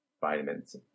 vitamins